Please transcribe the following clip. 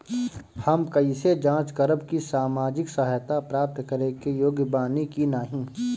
हम कइसे जांच करब कि सामाजिक सहायता प्राप्त करे के योग्य बानी की नाहीं?